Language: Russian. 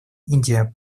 индия